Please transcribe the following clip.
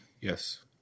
Yes